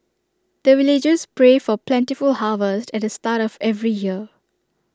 the villagers pray for plentiful harvest at the start of every year